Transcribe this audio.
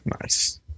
Nice